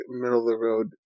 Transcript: middle-of-the-road